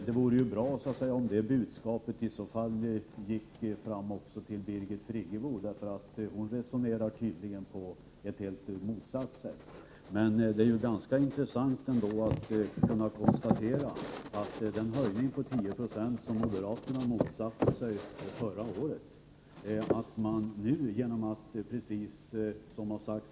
Herr talman! Det vore bra om det budskapet gick fram också till Birgit Friggebo, därför att hon resonerar tydligen på motsatt sätt. Det är intressant att konstatera följande: Förra året motsatte sig moderaterna en höjning av presstödet med 10 926.